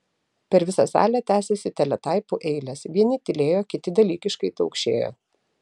per visą salę tęsėsi teletaipų eilės vieni tylėjo kiti dalykiškai taukšėjo